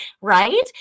right